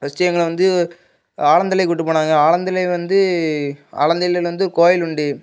first எங்களை வந்து ஆலந்தலைக்கு கூப்ட்டுப் போனாங்க ஆலந்தலை வந்து ஆலந்தலையில் வந்து கோவில் உண்டு